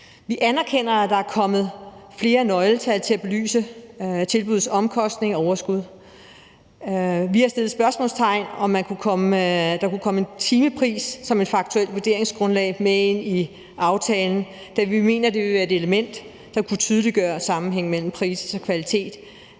Vi anerkender, at der er kommet flere nøgletal til at belyse tilbuddets omkostninger og overskud. Vi har spurgt, om der kunne komme en timepris med i aftalen som et faktuelt vurderingsgrundlag, da vi mener, det ville være et element, der kunne tydeliggøre sammenhæng mellem pris og kvalitet,